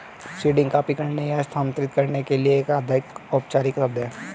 seeding copy करने या स्थानांतरित करने के लिए एक अधिक औपचारिक शब्द है